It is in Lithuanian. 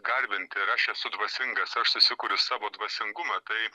garbinti ir aš esu dvasingas aš susikuriu savo dvasingumą tai